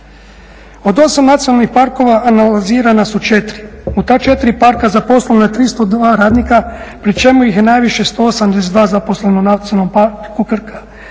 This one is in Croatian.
Od 8 nacionalnih parkova analizirana su 4. U ta 4 parka zaposleno je 302 radnika pri čemu ih je najviše 182 zaposleno u Nacionalnom parku Krka.